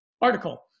article